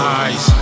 eyes